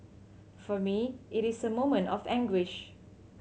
for me it is a moment of anguish